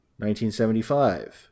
1975